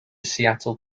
seattle